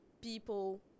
people